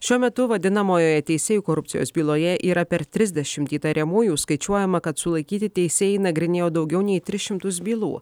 šiuo metu vadinamojoje teisėjų korupcijos byloje yra per trisdešimt įtariamųjų skaičiuojama kad sulaikyti teisėjai nagrinėjo daugiau nei tris šimtus bylų